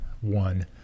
one